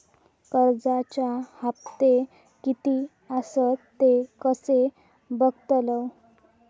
कर्जच्या हप्ते किती आसत ते कसे बगतलव?